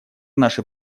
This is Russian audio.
наше